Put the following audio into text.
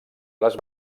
les